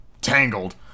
Tangled